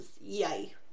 yay